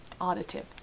auditive